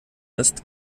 ist